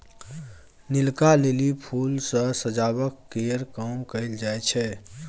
नीलका lily फुल सँ सजावट केर काम कएल जाई छै